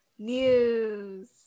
News